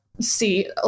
see